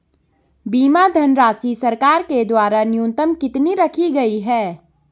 बीमा धनराशि सरकार के द्वारा न्यूनतम कितनी रखी गई है?